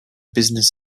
business